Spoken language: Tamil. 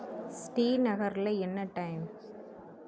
ஸ்ரீநகரில் என்ன டைம்